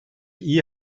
iyi